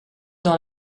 dans